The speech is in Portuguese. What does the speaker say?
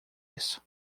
isso